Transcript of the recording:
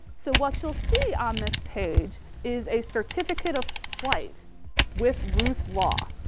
so what you'll see on this page is a certificate of flight with ruth law.